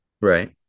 Right